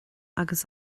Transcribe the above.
agus